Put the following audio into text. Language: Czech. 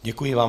Děkuji vám.